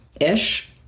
ish